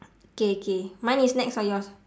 K K mine is next or yours